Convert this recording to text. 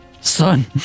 son